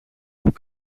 που